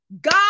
God